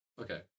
Okay